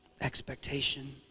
expectation